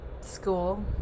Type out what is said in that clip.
school